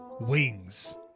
wings